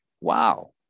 wow